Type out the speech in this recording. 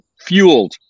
Fueled